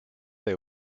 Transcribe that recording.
they